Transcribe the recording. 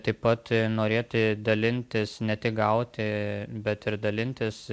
taip pat norėti dalintis ne tik gauti bet ir dalintis